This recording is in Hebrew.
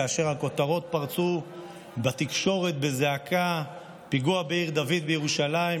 כאשר הכותרות פרצו בתקשורת בזעקה: פיגוע בעיר דוד בירושלים,